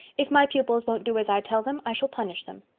if my pupils won't do as i tell them i shall punish them.